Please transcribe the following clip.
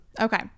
okay